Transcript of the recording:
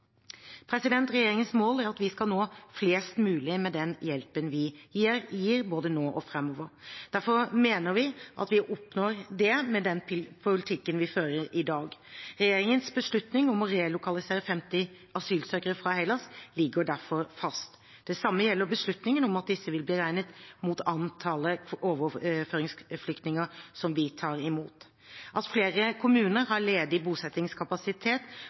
Regjeringens mål er at vi skal nå flest mulig med den hjelpen vi gir, både nå og framover. Dette mener vi at vi oppnår med den politikken vi fører i dag. Regjeringens beslutning om å relokalisere 50 asylsøkere fra Hellas ligger derfor fast. Det samme gjelder beslutningen om at disse vil bli regnet mot antallet overføringsflyktninger som vi tar imot. At flere kommuner har ledig bosettingskapasitet,